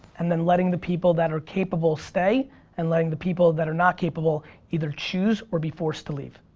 and then letting the people that are capable stay and letting the people that are not capable either choose or be forced to leave.